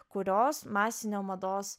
kurios masinio mados